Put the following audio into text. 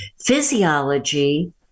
Physiology